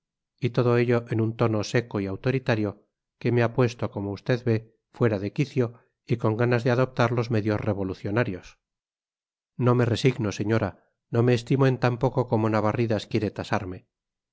y todo ello en un tono seco y autoritario que me ha puesto como usted ve fuera de quicio y con ganas de adoptar los medios revolucionarios no me resigno señora no me estimo en tan poco como navarridas quiere tasarme